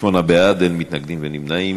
שמונה בעד, אין מתנגדים ונמנעים.